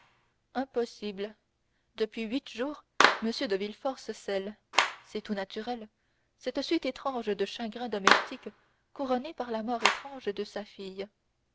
impossible depuis huit jours m de villefort se cèle c'est tout naturel cette suite étrange de chagrins domestiques couronnée par la mort étrange de sa fille